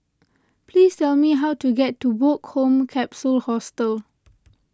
please tell me how to get to Woke Home Capsule Hostel